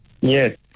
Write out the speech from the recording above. Yes